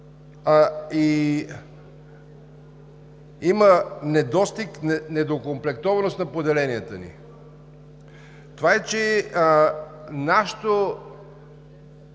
има недостиг, недоокомплектованост на поделенията. Това е, че нашето